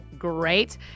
great